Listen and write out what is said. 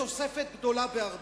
בתוספת גדולה בהרבה.